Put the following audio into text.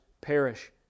perish